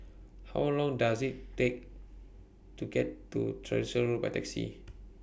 How Long Does IT Take to get to Tyersall Road By Taxi